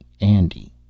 Andy